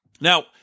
Now